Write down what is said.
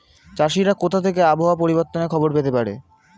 চাষিরা কোথা থেকে আবহাওয়া পরিবর্তনের খবর পেতে পারে?